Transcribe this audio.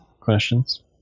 questions